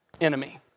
enemy